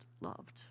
loved